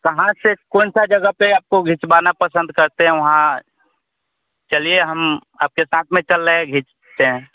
कहाँ से कौन से जगह पर आपको खिंचवाना पसंद करते हैं वहाँ चलिए हम आपके साथ में चल रहे खींचते हैं